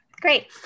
great